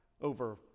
over